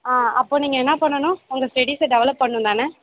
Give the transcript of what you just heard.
ஆ அப்போ நீங்கள் என்ன பண்ணணும் உங்க ஸ்டெடீஸை டெவெலப் பண்ணும் தானே